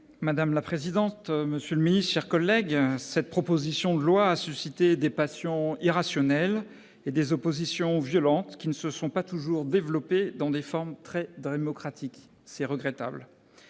Madame la présidente, monsieur le ministre, mes chers collègues, cette proposition de loi a suscité des passions irrationnelles et des oppositions violentes qui ne se sont pas toujours développées dans des formes très démocratiques. C'est regrettable